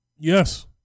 Yes